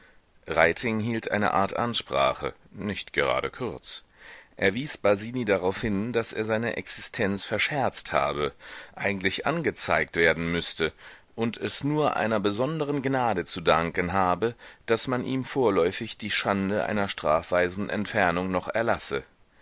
hielt eine art ansprache nicht gerade kurz er wies basini darauf hin daß er seine existenz verscherzt habe eigentlich angezeigt werden müßte und es nur einer besonderen gnade zu danken habe daß man ihm vorläufig die schande einer strafweisen entfernung noch erlasse